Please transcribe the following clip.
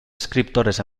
escriptores